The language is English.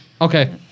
Okay